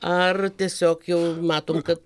ar tiesiog jau matom kad